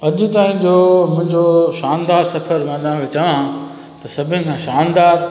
अॼु ताईं जो मुंहिंजो शानदार सफ़रु मां तव्हांखे चवां त सभिनी खां शानदार